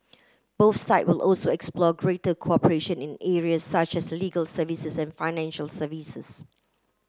both side will also explore greater cooperation in area such as legal services and financial services